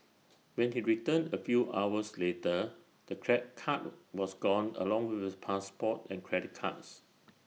when he returned A few hours later the crack car was gone along with his passport and credit cards